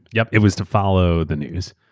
yup. it was to follow the news.